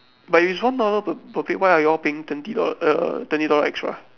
but it's one dollar per per plate why are you all paying twenty dollars uh twenty dollars extra